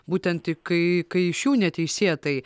būtent kai kai iš jų neteisėtai